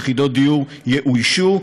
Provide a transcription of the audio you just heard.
יאוישו,